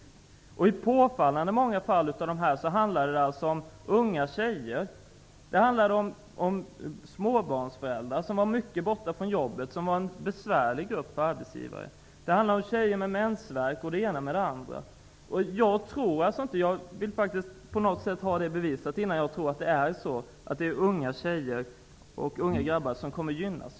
Det var påfallande många unga tjejer, småbarnsföräldrar som var mycket borta från jobbet -- alltså en besvärlig grupp för arbetsgivare -- och tjejer med mensvärk. Jag vill på något sätt ha det bevisat, att det är unga grabbar och tjejer som kommer att gynnas.